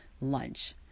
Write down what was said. lunch